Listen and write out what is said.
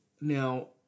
Now